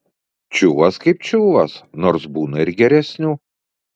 čiuvas kaip čiuvas nors būna ir geresnių